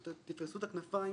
תפרסו את הכנפיים